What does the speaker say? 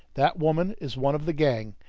that woman is one of the gang,